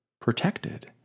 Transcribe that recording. protected